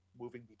moving